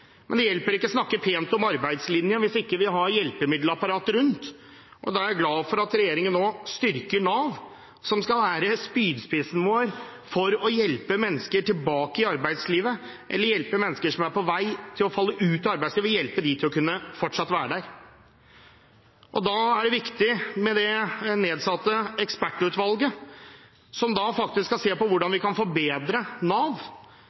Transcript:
Men det hjelper ikke å snakke pent om arbeidslinjen hvis vi ikke har hjelpemiddelapparatet rundt. Da er jeg glad for at regjeringen nå styrker Nav, som skal være spydspissen vår for å hjelpe mennesker tilbake i arbeidslivet eller hjelpe mennesker som er på vei til å falle ut av arbeidslivet, til fortsatt å kunne være der. Da er det viktig med det ekspertutvalget som er nedsatt, som skal se på hvordan vi faktisk kan forbedre Nav,